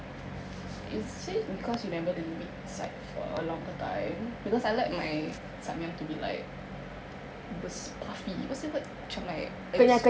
is it because you never leave it inside for a longer time because I like my Samyang to be like be~ puffy what's the word macam like es~